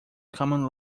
common